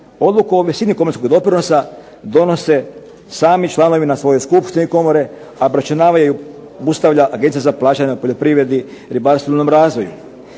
Odluku o visini komorskog doprinosa donose sami članovi na svojoj skupštini komore, a obračunava i …/Ne razumije se./… Agencija za plaćanja poljoprivredi, ribarstvu i ruralnom razvoju.